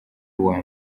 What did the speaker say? uwa